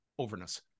overness